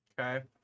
Okay